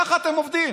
ככה אתם עובדים.